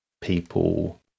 people